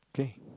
okay